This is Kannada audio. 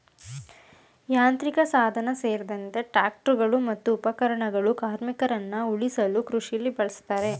ಯಾಂತ್ರಿಕಸಾಧನ ಸೇರ್ದಂತೆ ಟ್ರಾಕ್ಟರ್ಗಳು ಮತ್ತು ಉಪಕರಣಗಳು ಕಾರ್ಮಿಕರನ್ನ ಉಳಿಸಲು ಕೃಷಿಲಿ ಬಳುಸ್ತಾರೆ